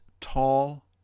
tall